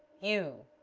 u